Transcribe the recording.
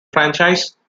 franchise